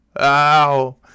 ow